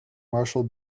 marshall